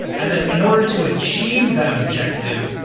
and then in order to achieve that objective,